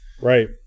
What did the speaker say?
Right